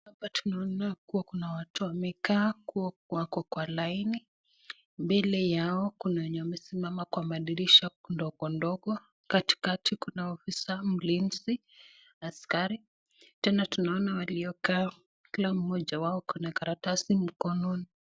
Hapa tunaona kua kuna watu wamekaa kua wako kwa laini, mbele yao kuna wenye wamesimama kwa madirisha ndogo ndogo. Katikati kuna ofisa mlinzi askari, tena tunaona waliokaa kila mmoja wao ako na karatasi mkononi.